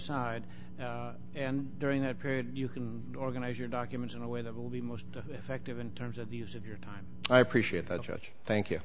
side and during that period you can organize your documents in a way that will be most effective in terms of the use of your time i appreciate that judge thank you